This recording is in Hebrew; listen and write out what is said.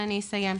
ואני אסיים,